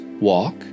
walk